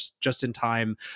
just-in-time